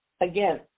Again